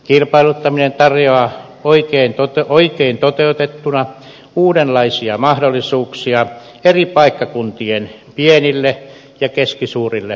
kilpailuttaminen tarjoaa oikein toteutettuna uudenlaisia mahdollisuuksia eri paikkakuntien pienille ja keskisuurille yrityksille